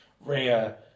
Rhea